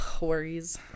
worries